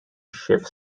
shift